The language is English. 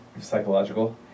psychological